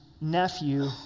nephew